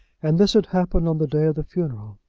and this had happened on the day of the funeral!